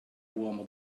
uomo